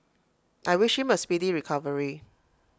I wish him A speedy recovery